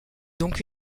donc